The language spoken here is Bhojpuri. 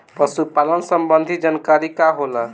पशु पालन संबंधी जानकारी का होला?